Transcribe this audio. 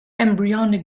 embryonic